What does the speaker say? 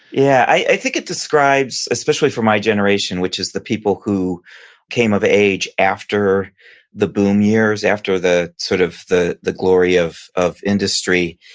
yeah, i think it describes, especially for my generation, which is the people who came of age after the boom years, after the sort of the glory of of industry,